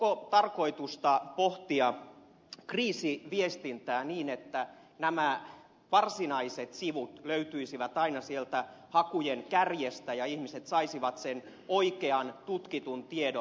onko tarkoitusta pohtia kriisiviestintää niin että nämä varsinaiset sivut löytyisivät aina sieltä hakujen kärjestä ja ihmiset saisivat sen oikean tutkitun tiedon